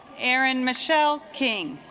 erin michelle king